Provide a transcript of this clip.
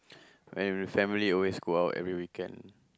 when with family always go out every weekend